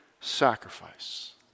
sacrifice